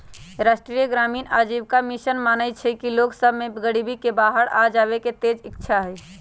राष्ट्रीय ग्रामीण आजीविका मिशन मानइ छइ कि लोग सभ में गरीबी से बाहर आबेके तेज इच्छा हइ